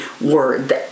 word